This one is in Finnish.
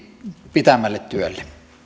teidänkin esilläpitämällenne työlle täällä oli